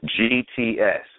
GTS